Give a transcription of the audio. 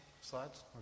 slides